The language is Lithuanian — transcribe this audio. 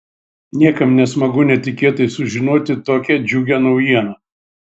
niekam nesmagu netikėtai sužinoti tokią džiugią naujieną